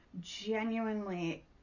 genuinely